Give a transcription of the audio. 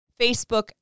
Facebook